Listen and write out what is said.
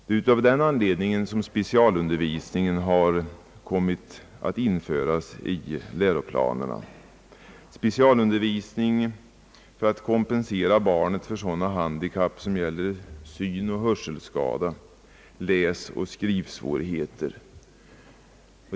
Det är av denna anledning specialundervisningen kommit att införas på läroplanerna. Specialundervisningen syftar till att kompensera barnen för sådana handikapp som består av synoch hörselskador eller läsoch skrivsvårigheter.